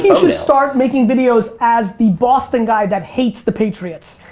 yeah should start making videos as the boston guy that hates the patriots.